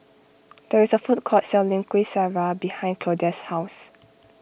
there is a food court selling Kuih Syara behind Claudia's house